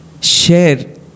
share